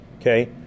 Okay